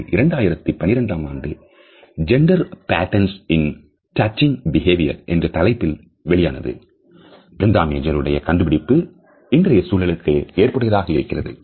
அது 2012 ஆண்டு Gender Patterns in Touching Behavior என்ற தலைப்பில் வெளியானது பிரிந்தா மேஜர் உடைய கண்டுபிடிப்பு இன்றைய சூழலுக்கு ஏற்புடையதாக இருக்கிறது